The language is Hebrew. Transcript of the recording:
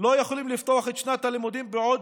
לא יכולים לפתוח את שנת הלימודים בעוד